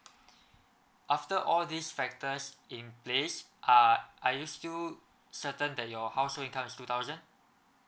after all these factors in place uh are you still certain that your household income is two thousand